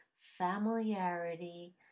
familiarity